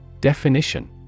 Definition